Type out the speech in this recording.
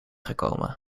gekomen